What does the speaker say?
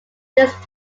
this